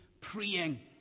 praying